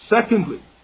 secondly